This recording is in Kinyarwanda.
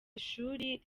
ishuri